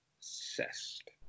obsessed